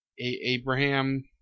Abraham